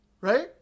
right